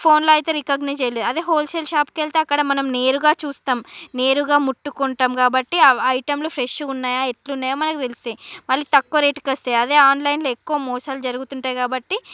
ఫోన్లో అయితే రికగ్నైజ్ చేయలేం అదే హోల్సేల్ షాపుకి వెళ్తే అక్కడ మనం నేరుగా చూస్తాం నేరుగా ముట్టుకుంటాం కాబట్టి అవి ఐటెములు ఫ్రెషుగున్నాయా ఎట్లున్నాయో మనకి తెలుస్తాయ్ మళ్ళి తక్కువ రేటుకొస్తాయ్ అదే ఆన్లైన్లో ఎక్కువ మోసాలు జరుగుతుంటాయ్ కాబట్టి